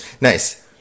Nice